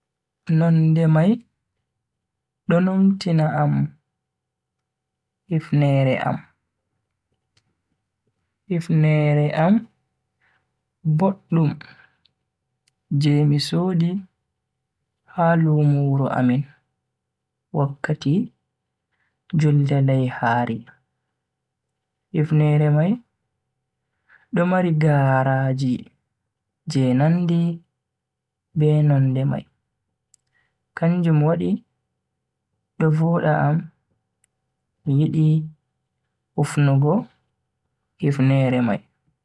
Nonde mai do numtina hifneere am. hifneere am boddum je MI sodi ha lumo wuro amin wakkati julde laihaari. hifneere mai do mari garaaji je nandi be nonde mai kanjum wadi do voda am mi yidi hufnugo hifneere mai.